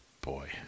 boy